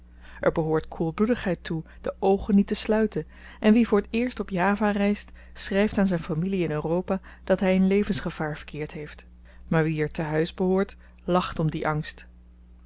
er behoort koelbloedigheid toe de oogen niet te sluiten en wie voor t eerst op java reist schryft aan zyn familie in europa dat hy in levensgevaar verkeerd heeft maar wie er te-huis behoort lacht om dien angst